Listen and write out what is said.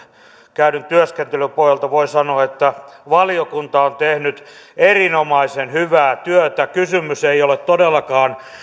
käydyn työskentelyn puolelta voi sanoa että valiokunta on tehnyt erinomaisen hyvää työtä kysymys ei ole todellakaan